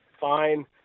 Fine